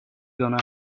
gone